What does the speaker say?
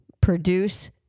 produce